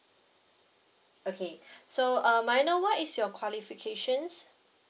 okay so um may I know what is your qualifications